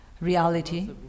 reality